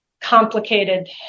complicated